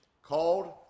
Called